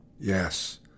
Yes